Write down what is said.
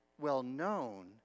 well-known